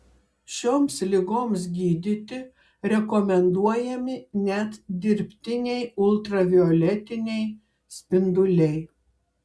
šioms ligoms gydyti rekomenduojami net dirbtiniai ultravioletiniai spinduliai